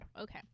Okay